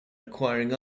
acquiring